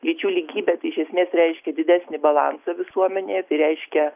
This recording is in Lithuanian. lyčių lygybė tai iš esmės reiškia didesnį balansą visuomenėje tai reiškia